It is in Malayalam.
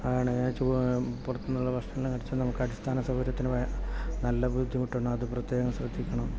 ആണ് പുറത്തുന്നുള്ള ഭക്ഷണം കഴിച്ചാൽ നമുക്ക് അടിസ്ഥാന സൗകര്യത്തിന് നല്ല ബുദ്ധിമുട്ടുണ്ടാകും അത് പ്രത്യേകം ശ്രദ്ധിക്കണം